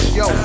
yo